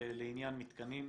לעניין מתקנים,